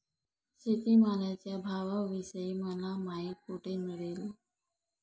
शेतमालाच्या भावाविषयी मला माहिती कोठे मिळेल?